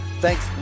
Thanks